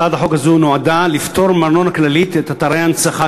הצעת חוק זו גם כן תועבר לוועדת הכלכלה להכנה לקריאה ראשונה.